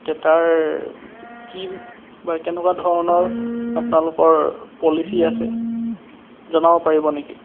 তে তাৰ কি কেনেকুৱা ধৰণৰ আপোনালোকৰ পলিচি আছে জনাব পাৰিব নেকি